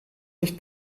nicht